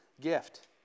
gift